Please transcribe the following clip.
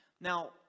Now